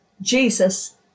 Jesus